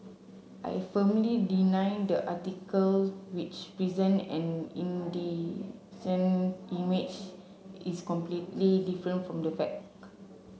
I firmly deny the article which present an indecent image is completely different from the